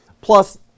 Plus